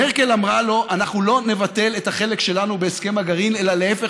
מרקל אמרה לו: אנחנו לא נבטל את החלק שלנו בהסכם הגרעין אלא להפך,